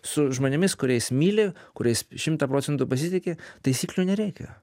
su žmonėmis kuriais myli kuriais šimtą procentų pasitiki taisyklių nereikia